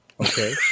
Okay